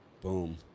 boom